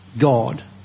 God